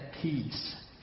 peace